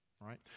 right